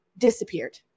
disappeared